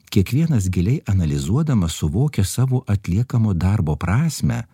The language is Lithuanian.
kiekvienas giliai analizuodamas suvokia savo atliekamo darbo prasmę